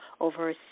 over